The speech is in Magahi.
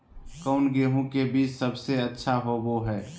कौन गेंहू के बीज सबेसे अच्छा होबो हाय?